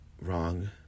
wrong